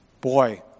boy